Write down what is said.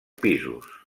pisos